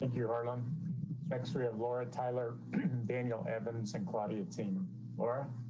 like your um next we have laura tyler daniel evans and claudia tim or